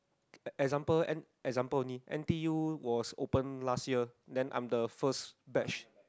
example N example only n_t_u was open last year then I'm the first batch